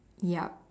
ya